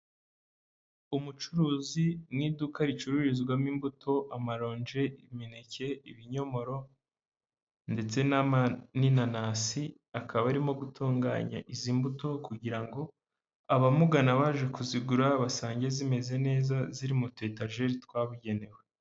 Umucuruzi mu iduka ricururizwamo imbuto, amaronji, imineke, ibinyomoro ndetse n'inanasi, akaba arimo gutunganya izi mbuto kugira ngo abamugana baje kuzigura, basange zimeze neza ziri mu tuyetageri twabugenewe.